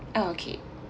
okay